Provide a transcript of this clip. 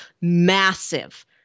Massive